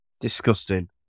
Disgusting